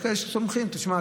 יש כאלה שסומכים: תשמע,